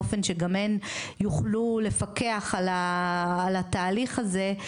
באופן שגם הם יוכלו לפקח על התהליך הזה,